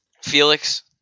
felix